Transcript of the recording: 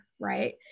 right